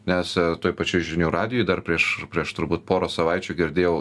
nes toj pačioj žinių radijuj dar prieš prieš turbūt porą savaičių girdėjau